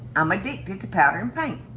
i'm addicted to powder and paint.